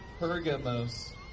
Pergamos